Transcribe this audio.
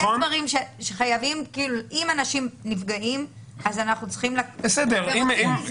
אם אנשים נפגעים אז אנחנו צריך גם לקחת את זה בחשבון.